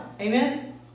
amen